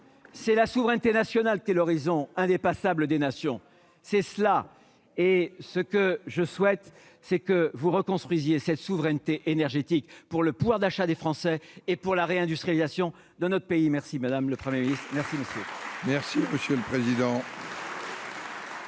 c'est la souveraineté nationale qu'est l'horizon indépassable des nations, c'est cela et ce que je souhaite, c'est que vous cette souveraineté énergétique pour le pouvoir d'achat des Français et pour la réindustrialisation de notre pays, merci madame le. Journaliste merci merci merci Monsieur le Président.